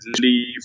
leave